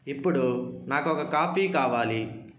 ఇప్పుడు నాకొక కాఫీ కావాలి